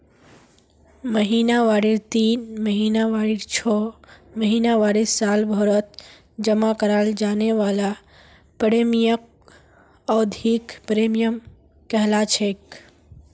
महिनावारी तीन महीनावारी छो महीनावारी सालभरत जमा कराल जाने वाला प्रीमियमक अवधिख प्रीमियम कहलाछेक